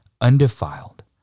undefiled